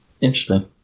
Interesting